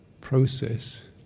process